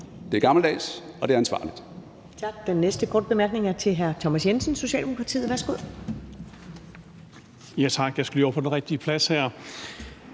Det er gammeldags, og det er ansvarligt.